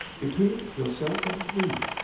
between yourself and me